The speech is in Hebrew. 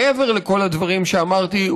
מעבר לכל הדברים שאמרתי,